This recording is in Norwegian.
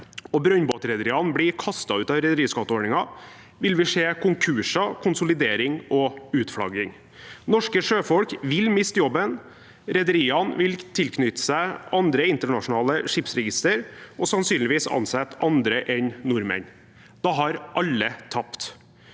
og brønnbåtrederiene blir kastet ut av rederiskatteordningen, vil vi se konkurser, konsolidering og utflagging. Norske sjøfolk vil miste jobben, rederiene vil tilknytte seg andre internasjonale skipsregister og sannsynligvis ansette andre enn nordmenn. Da har alle tapt.